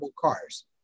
cars